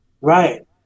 Right